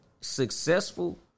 successful